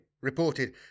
reported